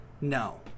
No